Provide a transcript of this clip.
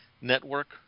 Network